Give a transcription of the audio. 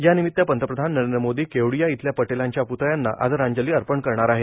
यानिमित पंतप्रधान नरेंद्र मोदी केवडीया इथल्या पटेलांच्या प्तळ्याना आदरांजली अर्पण करणार आहेत